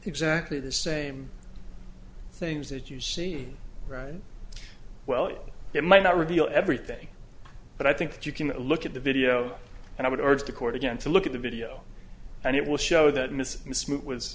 exactly the same things that you see right well it might not reveal everything but i think that you can look at the video and i would urge the court again to look at the video and it will show that